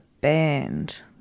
band